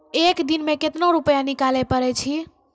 एक दिन मे केतना रुपैया निकाले पारै छी?